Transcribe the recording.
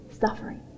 suffering